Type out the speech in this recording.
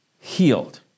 healed